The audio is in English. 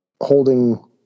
holding